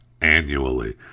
annually